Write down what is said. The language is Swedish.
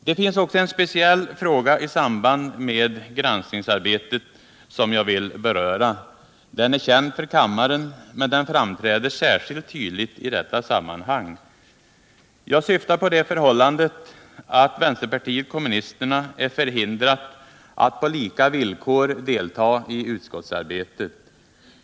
Det finns en speciell fråga i samband med granskningsarbetet som jag vill beröra. Den är känd för kammaren, men den framträder särskilt tydligt i detta sammanhang. Jag syftar på det förhållandet att vänsterpartiet kommunisterna är förhindrat att på lika villkor delta i utskottsarbetet.